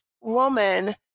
woman